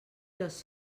les